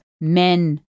men